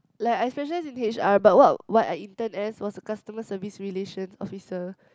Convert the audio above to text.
like I specialise in H_R but what what I intern as was a customer service relation officer